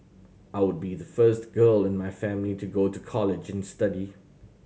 I would be the first girl in my family to go to college and study